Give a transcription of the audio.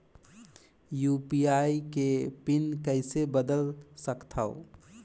UPI के PIN कइसे बदल सकथव?